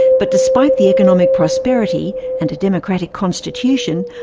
but despite the economic prosperity and a democratic constitution,